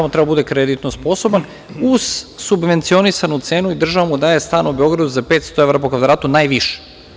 Samo treba da bude kreditno sposoban, uz subvencionisanu cenu, država mu daje stan u Beogradu za 500 evra po kvadratu najviše.